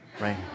right